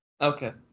Okay